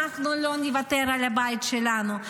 אנחנו לא נוותר על הבית שלנו,